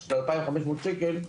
של 2500 שקל,